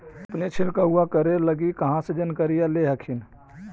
अपने छीरकाऔ करे लगी कहा से जानकारीया ले हखिन?